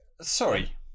Sorry